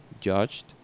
judged